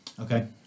Okay